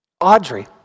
Audrey